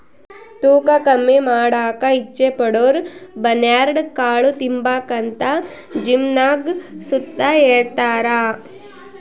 ತೂಕ ಕಮ್ಮಿ ಮಾಡಾಕ ಇಚ್ಚೆ ಪಡೋರುಬರ್ನ್ಯಾಡ್ ಕಾಳು ತಿಂಬಾಕಂತ ಜಿಮ್ನಾಗ್ ಸುತ ಹೆಳ್ತಾರ